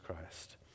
christ